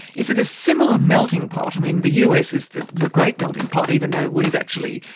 is it a similar melting pot, i mean, the us is the the great melting pot, even though we've actually,